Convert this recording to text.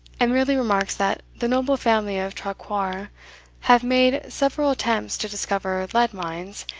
and merely remarks that the noble family of traquair have made several attempts to discover lead mines,